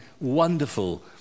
wonderful